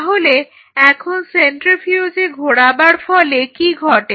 তাহলে এখন সেন্ট্রিফিউজে ঘোরাবার ফলে কি ঘটে